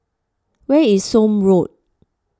where is Somme Road